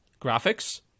graphics